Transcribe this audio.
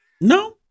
No